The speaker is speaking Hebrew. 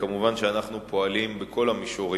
מובן שאנחנו פועלים בכל המישורים.